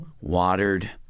watered